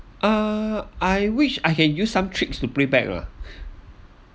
uh I wish I can use some tricks to playback lah